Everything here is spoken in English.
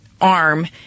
arm